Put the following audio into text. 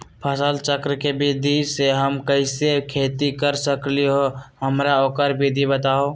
फसल चक्र के विधि से हम कैसे खेती कर सकलि ह हमरा ओकर विधि बताउ?